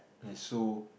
and so